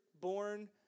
born